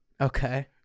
Okay